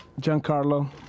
Giancarlo